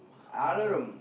alarum